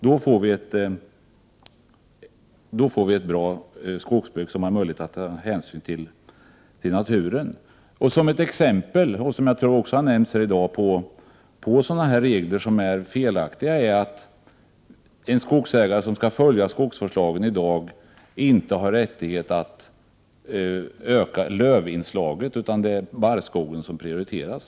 Då får vi ett bra skogsbruk som har möjlighet att ta hänsyn till naturen. Ett exempel på sådana felaktiga regler är den — jag tror det har nämnts tidigare här i dag — att en skogsägare som skall följa skogsvårdslagen i dag inte har rätt att öka lövinslaget, utan det är barrskogen som prioriteras.